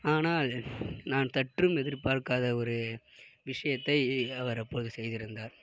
ஆனால் நான் சற்றும் எதிர் பார்க்காத ஒரு விஷயத்தை அவர் அப்பொழுது செய்திருந்தார்